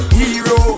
hero